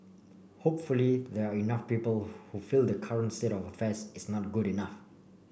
hopefully there are enough people who feel the current state of affairs is not good enough